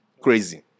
crazy